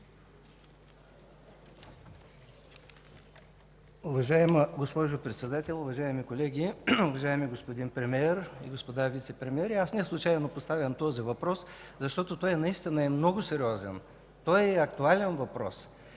Уважаема госпожо Председател, уважаеми колеги! Уважаеми господин Премиер, господа вицепремиери, неслучайно поставям този въпрос, защото той наистина е много сериозен. Той е актуален въпрос,